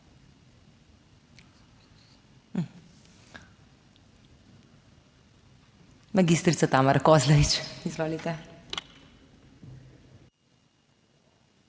magistrica Tamara Kozlovič, izvolite.